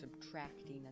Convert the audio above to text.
subtracting